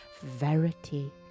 Verity